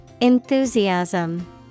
Enthusiasm